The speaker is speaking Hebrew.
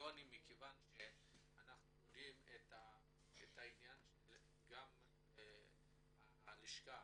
הגיונית מכיוון שאנחנו יודעים גם את העניין של תקציב הלפ"מ.